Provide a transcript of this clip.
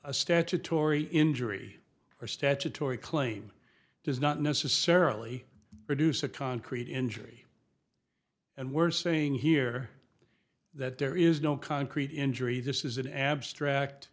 a statutory injury or statutory claim does not necessarily produce a concrete injury and we're saying here that there is no concrete injury this is an abstract